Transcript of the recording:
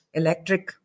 electric